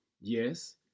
Yes